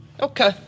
Okay